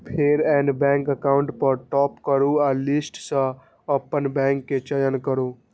फेर add bank account पर tap करू आ लिस्ट सं अपन बैंक के चयन करू